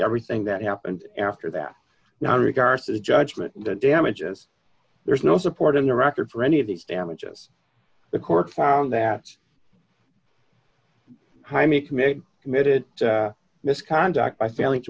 everything that happened after that no regard to the judgment damages there's no support in the record for any of these damages the court found that jaimie committed committed misconduct by failing to